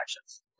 actions